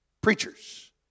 preachers